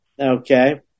okay